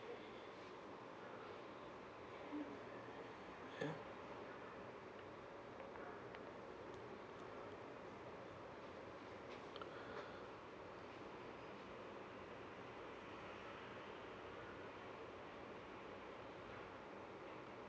ya